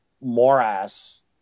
morass